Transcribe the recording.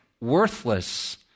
worthless